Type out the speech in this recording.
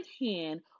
hand